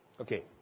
Okay